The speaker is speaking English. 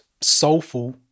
soulful